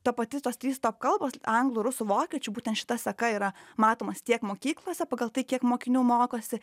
ta pati tos trys tos kalbos anglų rusų vokiečių būtent šita seka yra matomas tiek mokyklose pagal tai kiek mokinių mokosi